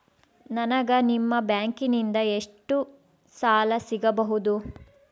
ನನಗ ನಿಮ್ಮ ಬ್ಯಾಂಕಿನಿಂದ ಎಷ್ಟು ಸಾಲ ಸಿಗಬಹುದು?